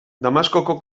damaskoko